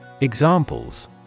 Examples